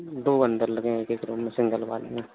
दो अंदर लगेंगे एक रूम में सिंगल वाल में